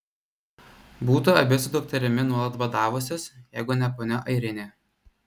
būtų abi su dukterimi nuolat badavusios jeigu ne ponia airinė